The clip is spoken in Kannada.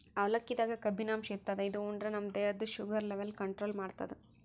ಅವಲಕ್ಕಿದಾಗ್ ಕಬ್ಬಿನಾಂಶ ಇರ್ತದ್ ಇದು ಉಂಡ್ರ ನಮ್ ದೇಹದ್ದ್ ಶುಗರ್ ಲೆವೆಲ್ ಕಂಟ್ರೋಲ್ ಮಾಡ್ತದ್